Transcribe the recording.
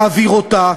להעביר אותה,